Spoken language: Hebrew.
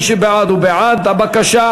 מי שבעד הוא בעד הבקשה,